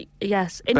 yes